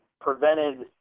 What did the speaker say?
prevented